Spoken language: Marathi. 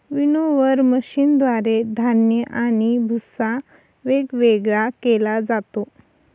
विनोवर मशीनद्वारे धान्य आणि भुस्सा वेगवेगळा केला जातो